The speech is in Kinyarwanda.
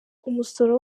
umusoro